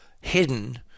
hidden